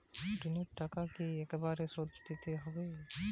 ঋণের টাকা কি একবার শোধ দিতে হবে?